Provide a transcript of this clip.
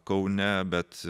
kaune bet